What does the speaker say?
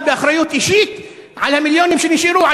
באחריות אישית על המיליונים שנשארו,